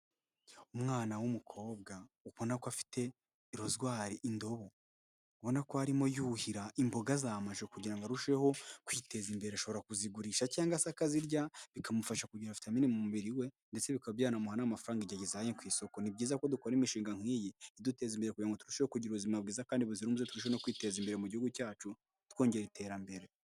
Umwana w'umukobwa ubona ko afite rozwari(indobo), ubona ko arimo yuhira imboga za mashu, kugira ngo arusheho kwiteza imbere, ashobora kuzigurisha cyangwa se akazirya bikamufasha kugira vitame mubiri we, ndetse bikaba byanamuha n'amafaranga igihe azijyanye ku isoko, ni byiza ko dukora imishinga nk'iyi iduteza imbere kugira ngo turusheho kugira ubuzima bwiza kandi buzirazunguze turushe no kwiteza imbere mu gihugu cyacu twongera iterambere.